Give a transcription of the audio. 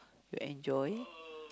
you enjoy